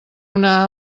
una